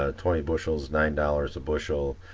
ah twenty bushels, nine dollars a bushel,